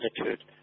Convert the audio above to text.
attitude